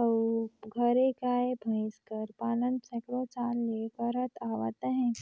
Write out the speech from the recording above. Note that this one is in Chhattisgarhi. अउ घरे गाय, भंइस कर पालन सैकड़ों साल ले करत आवत अहें